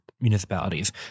municipalities